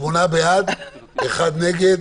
שמונה בעד, אחד נגד